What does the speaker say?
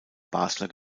basler